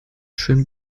schön